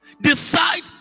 Decide